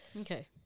Okay